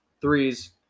Threes